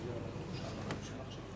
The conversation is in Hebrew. הפרשה שהתפוצצה בתקשורת השבוע,